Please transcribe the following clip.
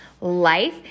life